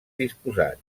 disposat